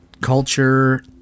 culture